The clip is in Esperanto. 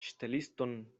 ŝteliston